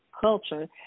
culture